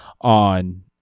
on